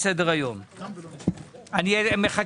הישיבה ננעלה בשעה 13:35.